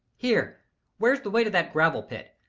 here where's the way to that gravel pit?